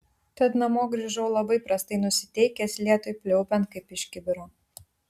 tad namo grįžau labai prastai nusiteikęs lietui pliaupiant kaip iš kibiro